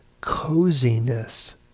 coziness